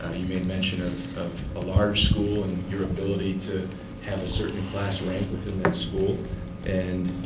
you made mention of a large school and your ability to have a certain class rank within that school and,